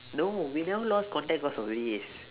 no we never lost contact cause of this